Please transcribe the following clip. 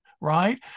right